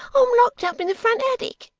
i'm locked up in the front attic,